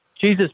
Jesus